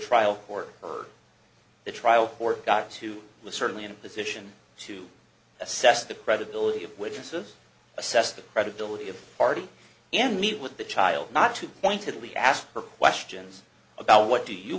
trial court heard the trial court got to certainly in a position to assess the credibility of witnesses assess the credibility of party and meet with the child not to pointedly ask her questions about what do you